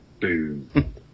Boom